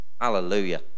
Hallelujah